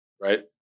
right